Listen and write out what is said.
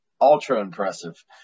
ultra-impressive